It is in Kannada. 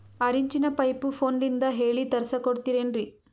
ಆರಿಂಚಿನ ಪೈಪು ಫೋನಲಿಂದ ಹೇಳಿ ತರ್ಸ ಕೊಡ್ತಿರೇನ್ರಿ?